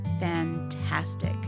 fantastic